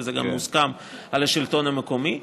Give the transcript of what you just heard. וזה גם מוסכם על השלטון המקומי.